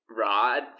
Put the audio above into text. rod